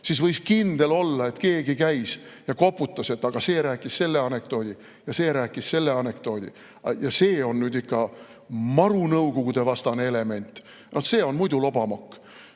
siis võis kindel olla, et keegi käis ja koputas, et aga see rääkis selle anekdoodi ja see rääkis selle anekdoodi ja see on nüüd ikka maru nõukogudevastane element ja see on muidu lobamokk.